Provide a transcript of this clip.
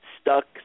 stuck